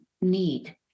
need